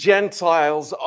Gentiles